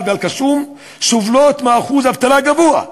ואל-קסום סובלים מאחוז אבטלה גבוה,